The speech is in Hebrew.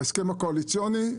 בהסכם הקואליציוני,